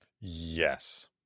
yes